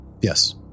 Yes